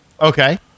Okay